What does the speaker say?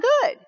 good